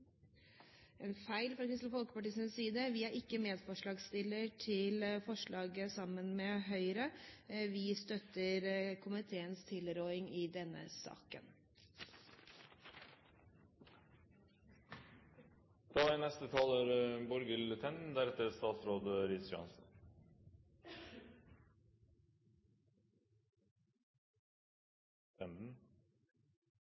en feil fra Kristelig Folkepartis side. Vi er ikke forslagsstiller sammen med Høyre når det gjelder forslag nr. 1. Vi støtter komiteens tilråding i denne